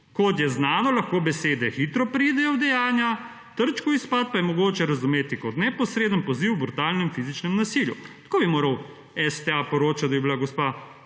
»Kot je znano, lahko besede hitro preidejo v dejanja, Trčkov izpad pa je mogoče razumeti kot neposreden poziv k brutalnem fizičnem nasilju.« Tako bi moral STA poročati, da bi bila gospa